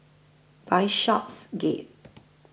Bishopsgate